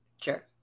sure